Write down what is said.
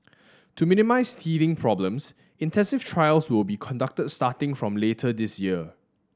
to minimise teething problems intensive trials will be conducted starting from later this year